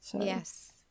Yes